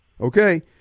okay